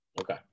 Okay